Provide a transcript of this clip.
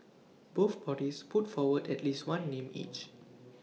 both bodies put forward at least one name each